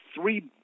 three